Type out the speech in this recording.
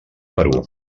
perú